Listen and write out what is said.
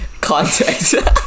context